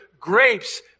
grapes